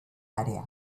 área